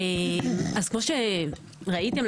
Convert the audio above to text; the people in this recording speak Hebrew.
כמו שראיתם,